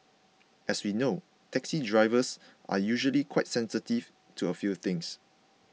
as we know taxi drivers are usually quite sensitive to a few things